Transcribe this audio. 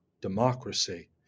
democracy